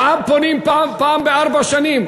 לעם פונים פעם בארבע שנים.